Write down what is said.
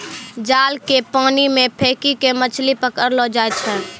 जाल के पानी मे फेकी के मछली पकड़लो जाय छै